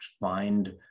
find